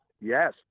Yes